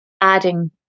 adding